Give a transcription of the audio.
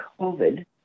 COVID